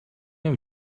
نمی